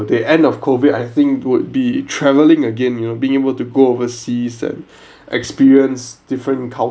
the end of COVID I think would be traveling again you know being able to go overseas and experience different